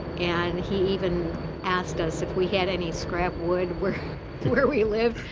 and he even asked us if we had any scrap wood where where we lived,